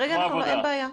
עכשיו